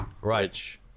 right